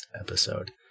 episode